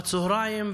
בצוהריים,